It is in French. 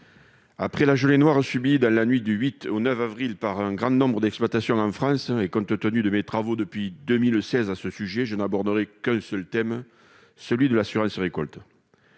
après la gelée noire subie dans la nuit du 8 au 9 avril par un grand nombre d'exploitations en France et compte tenu de mes travaux depuis 2016 sur ce sujet, je n'aborderai qu'un seul thème : celui de l'assurance récolte.